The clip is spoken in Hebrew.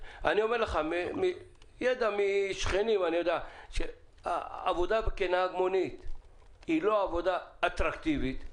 ידע משכנים אני יודע עבודה כנהג מונית אינה עבודה אטרקטיבית,